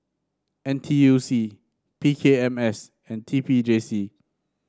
N T U C P K M S and T P J C